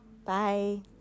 Bye